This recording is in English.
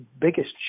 biggest